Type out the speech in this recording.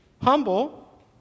Humble